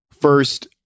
First